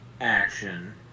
action